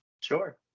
sure